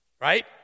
right